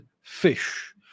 fish